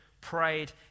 prayed